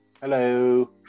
hello